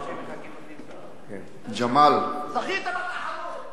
ג'מאל, זכית בתחרות.